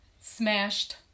Smashed